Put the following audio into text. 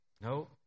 No